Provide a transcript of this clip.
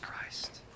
Christ